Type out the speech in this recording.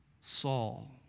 Saul